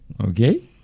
Okay